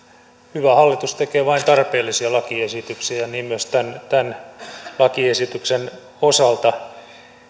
hyvä hallitus tekee vain tarpeellisia lakiesityksiä ja niin myös tämän tämän lakiesityksen osalta